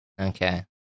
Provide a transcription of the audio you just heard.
Okay